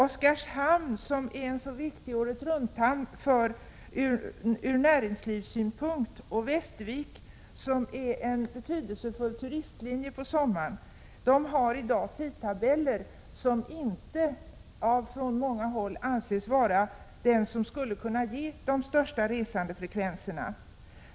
Oskarshamn, som är en så viktig året-runt-hamn ur näringslivssynpunkt, och Västervik, som innebär en betydelsefull turistlinje på sommaren, har i dag tidtabeller som på många håll inte anses vara de som skulle ge den största resandefrekvensen.